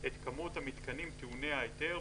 את כמות המיתקנים טעוני ההיתר,